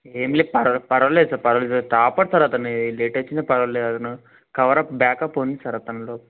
ఏం లే పర్లే పర్వాలేదు సార్ పర్వాలేదు సార్ టాపర్ సార్ అతను లేటొచ్చినా పర్లేదు అతను కవర్ ఆప్ బ్యాక్ ఆప్ ఉంది సార్ తనలో